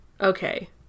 Okay